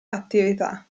attività